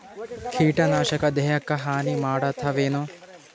ಕೀಟನಾಶಕ ದೇಹಕ್ಕ ಹಾನಿ ಮಾಡತವೇನು?